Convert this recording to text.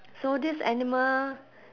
so this animal